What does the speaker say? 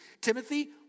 Timothy